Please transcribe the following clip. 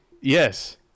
Yes